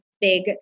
big